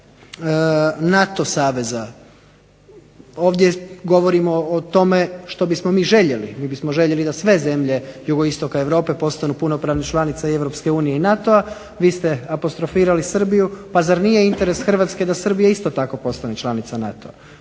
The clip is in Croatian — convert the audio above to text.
pak NATO saveza. Ovdje govorimo o tome što bismo mi željeli. Mi bismo željeli da sve zemlje jugoistoka Europe postanu punopravne članice Europske unije i NATO-a, vi ste apostrofirali Srbiju. Pa zar nije interes Hrvatske da Srbija isto tako postane članica NATO-a?